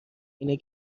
اینه